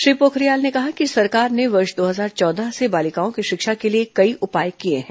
श्री पोखरियाल ने कहा कि सरकार ने वर्ष दो हजार चौदह से बालिकाओं की शिक्षा के लिए कई उपाय किए हैं